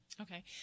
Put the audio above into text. Okay